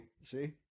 see